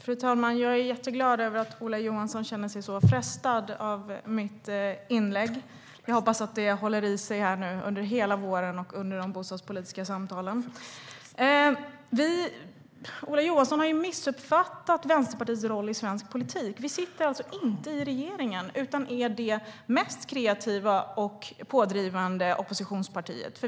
Fru talman! Jag är jätteglad att Ola Johansson känner sig så frestad av mitt inlägg. Jag hoppas att det håller i sig under hela våren och under de bostadspolitiska samtalen. Ola Johansson har missuppfattat Vänsterpartiets roll i svensk politik. Vi sitter alltså inte i regeringen, utan vi är det mest kreativa och pådrivande oppositionspartiet.